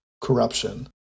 corruption